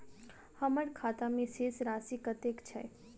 हम्मर खाता मे शेष राशि कतेक छैय?